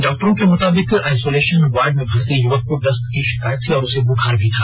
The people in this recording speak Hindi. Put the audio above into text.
डॉक्टरों के मृताबिक आइसोलेशन वार्ड में भर्ती युवक को दस्त की शिकायत थी और उसे बुखार भी था